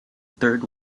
third